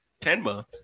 Tenma